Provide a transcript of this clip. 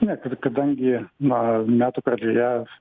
ne kad kadangi na metų pradžioje